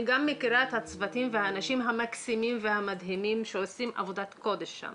אני גם מכירה את הצוותים והאנשים המקסימים והמדהימים שעושים עבודת קודש.